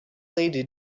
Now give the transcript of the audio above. lady